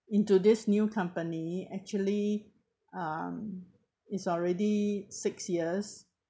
into this new company actually um is already six years